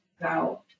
now